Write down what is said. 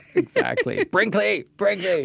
exactly. brinkley. brinkley.